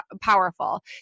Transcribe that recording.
powerful